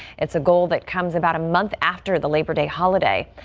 it's a goal that comes about a month after the labor day holiday.